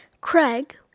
Craig